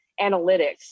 analytics